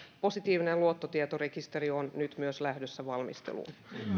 positiivinen luottotietorekisteri on nyt myös lähdössä valmisteluun